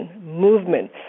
movement